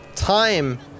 Time